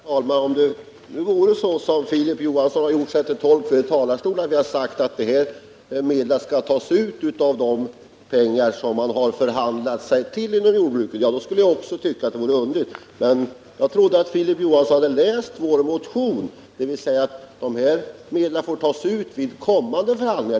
Herr talman! Om det nu vore så som Filip Johansson påstod i talarstolen, nämligen att jag har sagt att dessa medel skall tas av de pengar som jordbruket har förhandlat sig till, skulle också jag tycka att det vore underligt. Men jag trodde att Filip Johansson hade läst vår motion, dvs. förstått att dessa medel får tas ut vid kommande förhandlingar.